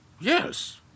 Yes